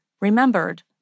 remembered